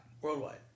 Worldwide